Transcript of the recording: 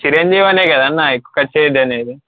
చిరంజీవి అనే కదా అన్న ఎక్కువ ఖర్చు అయ్యిద్ది అనేది